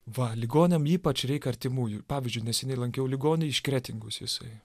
va ligoniam ypač reik artimųjų pavyzdžiui neseniai lankiau ligonį iš kretingos jisai